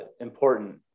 important